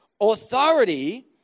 authority